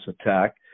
attack